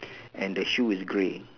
and the shoe is grey